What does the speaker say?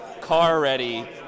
car-ready